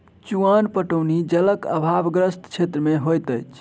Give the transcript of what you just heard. चुआन पटौनी जलक आभावग्रस्त क्षेत्र मे होइत अछि